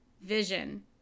Vision